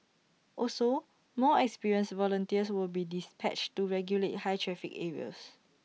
also more experienced volunteers will be dispatched to regulate high traffic areas